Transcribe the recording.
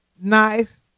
nice